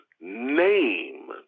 name